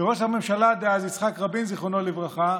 וראש הממשלה דאז יצחק רבין, זיכרונו לברכה,